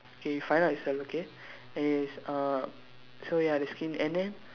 okay you find out yourself okay and it's uh so ya the skin and then